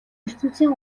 ертөнцийн